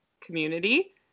community